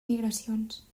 migracions